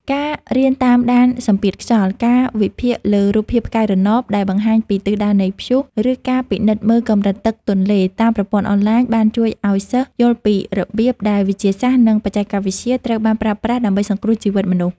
ការរៀនតាមដានសម្ពាធខ្យល់ ការវិភាគលើរូបភាពផ្កាយរណបដែលបង្ហាញពីទិសដៅនៃព្យុះ ឬការពិនិត្យមើលកម្រិតទឹកទន្លេតាមប្រព័ន្ធអនឡាញ បានជួយឱ្យសិស្សយល់ពីរបៀបដែលវិទ្យាសាស្ត្រ និងបច្ចេកវិទ្យាត្រូវបានប្រើប្រាស់ដើម្បីសង្គ្រោះជីវិតមនុស្ស។